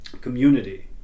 community